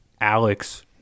Alex